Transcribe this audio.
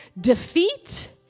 defeat